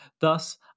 Thus